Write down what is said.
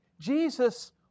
Jesus